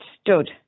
stood